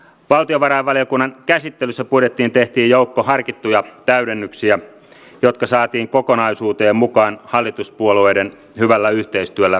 valtiovarainvaliokunnan käsittelyssä budjettiin tehtiin joukko harkittuja täydennyksiä jotka saatiin kokonaisuuteen mukaan hallituspuolueiden hyvällä yhteistyöllä kiitos siitä